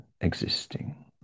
existing